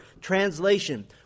Translation